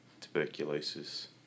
tuberculosis